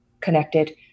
connected